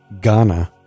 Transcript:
Ghana